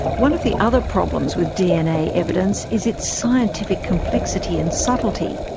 one of the other problems with dna evidence is its scientific complexity and subtlety.